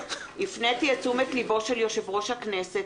הפניתי את תשומת לבו של יושב-ראש הכנסת